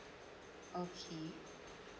okay